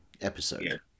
episode